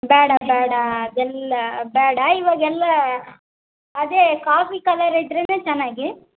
ಬ್ಯಾಡ ಬ್ಯಾಡಾ ಅದೆಲ್ಲ ಬ್ಯಾಡ ಇವಾಗೆಲ್ಲಾ ಅದೇ ಕಾಫಿ ಕಲರ್ ಇದ್ದರೇನೆ ಚೆನ್ನಾಗಿ